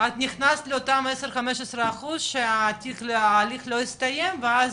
את נכנסת אותם עשר 15 אחוז שההליך לא הסתיים ואז,